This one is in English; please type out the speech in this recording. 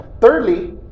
Thirdly